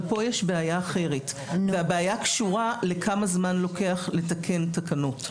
אבל כאן יש בעיה אחרת והבעיה קשורה לכמה זמן לוקח לתקן תקנות.